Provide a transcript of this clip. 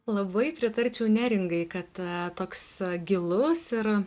labai pritarčiau neringai kad toks gilus ir